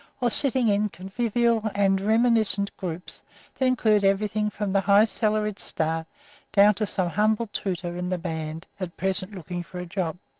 or sitting in convivial and reminiscent groups that include everything from the high-salaried star down to some humble tooter in the band at present looking for a job.